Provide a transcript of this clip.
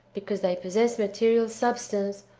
because they possess material substance,